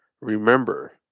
remember